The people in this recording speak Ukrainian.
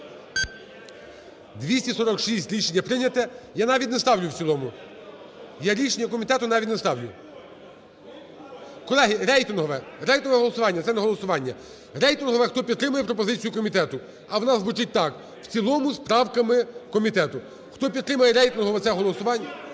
За-246 Рішення прийнято. Я навіть не ставлю в цілому. Я рішення комітету навіть не ставлю. (Шум у залі) Колеги, рейтингове. Рейтингове голосування – це не голосування. Рейтингове. Хто підтримує пропозицію комітету, а вона звучить так: в цілому з правками комітету. Хто підтримує рейтингове це голосування…